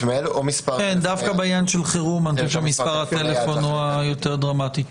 דווקא בעניין חירום מספר הטלפון הוא יותר דרמטי.